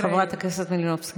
חברת הכנסת מלינובסקי.